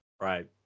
Right